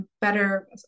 better